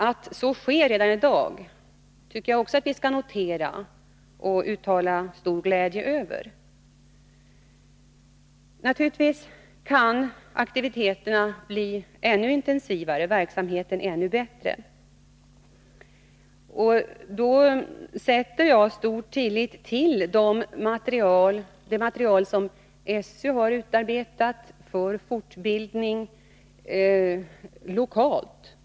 Att så sker redan i dag skall vi notera och uttala stor glädje över. Naturligtvis kan aktiviteterna bli ännu intensivare och verksamheten ännu bättre. I det sammanhanget sätter jag stor tillit till det material som SÖ har utarbetat för fortbildning lokalt.